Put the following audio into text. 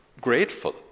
grateful